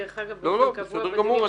דרך אגב -- בסדר גמור,